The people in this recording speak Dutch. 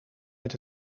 met